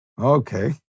Okay